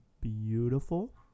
beautiful